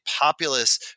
populous